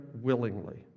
willingly